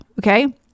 Okay